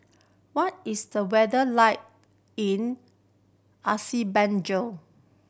what is the weather like in Azerbaijan